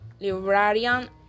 librarian